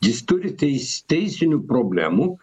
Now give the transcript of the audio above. jis turi teis teisinių problemų